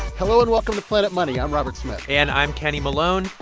hello, and welcome to planet money. i'm robert smith and i'm kenny malone.